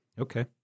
okay